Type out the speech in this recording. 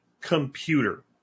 computer